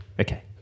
Okay